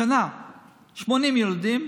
ל-80 ילדים.